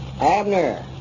Abner